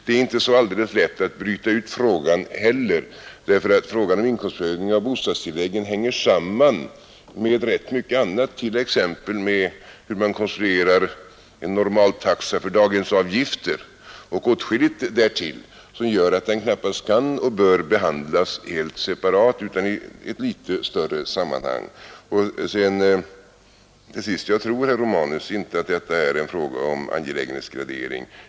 Det är inte så alldeles lätt att bryta ut frågan heller, därför att frågan om inkomstprövning av bostadstilläggen hänger samman med rätt mycket annat, t.ex. med hur man konstruerar en normaltaxa för daghemsavgifter och åtskilligt därtill, vilket gör att den knappast kan eller bör behandlas helt separat utan i ett något större sammanhang. Till sist, herr Romanus, tror jag inte att detta är en fråga om angelägenhetsgradering.